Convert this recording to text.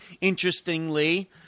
interestingly –